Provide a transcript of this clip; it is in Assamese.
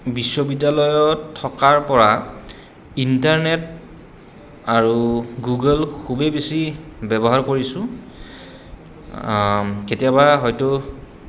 বিশ্ববিদ্যালয়ত থকাৰ পৰা ইণ্টাৰনেট আৰু গুগল খুবেই বেছি ব্যৱহাৰ কৰিছোঁ কেতিয়াবা হয়তো